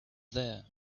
there